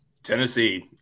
Tennessee